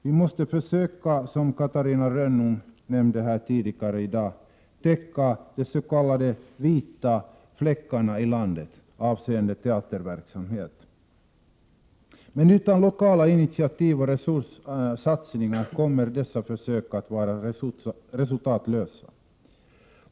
Vi måste, som Catarina Rönnung nämnde tidigare i dag, försöka täcka de s.k. vita fläckarna i landet när det gäller teaterverksamhet. Men utan lokala initiativ och resurssatsningar kommer dessa försök att vara resultatlösa.